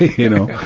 you know? yeah.